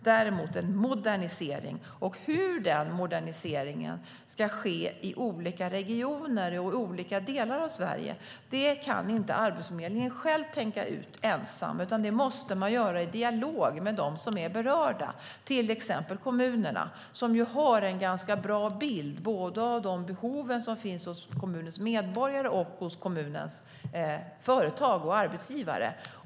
Däremot är det en modernisering, och hur den moderniseringen ska ske i olika regioner och delar av Sverige kan inte Arbetsförmedlingen ensam tänka ut, utan det måste ske i dialog med dem som är berörda - till exempel kommunerna, som ju har en ganska bra bild både av de behov som finns hos kommunens medborgare, företag och arbetsgivare.